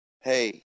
hey